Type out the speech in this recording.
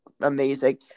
Amazing